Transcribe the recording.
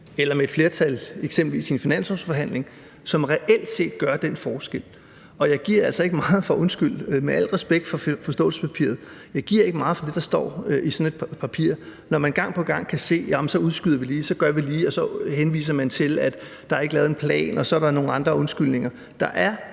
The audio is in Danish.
eller med et flertal, eksempelvis i et finanslovsforhandling, som reelt set gør den forskel. Og jeg giver altså ikke meget – undskyld, med al respekt for forståelsespapiret – for det, der står i sådan et papir, når man gang på gang kan se, at så udskyder vi lige, og så gør vi lige, og så henvises til, at der ikke er lavet en plan, og der så er nogle andre undskyldninger. Der er